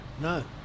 no